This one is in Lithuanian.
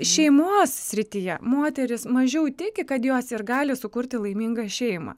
šeimos srityje moterys mažiau tiki kad jos ir gali sukurti laimingą šeimą